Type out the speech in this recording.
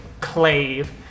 clave